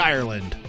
Ireland